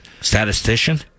statistician